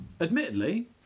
admittedly